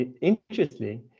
interestingly